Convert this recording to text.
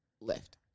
left